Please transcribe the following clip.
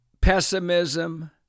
pessimism